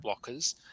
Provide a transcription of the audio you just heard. blockers